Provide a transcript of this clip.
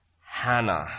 Hannah